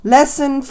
Lesson